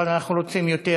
אבל אנחנו רוצים יותר,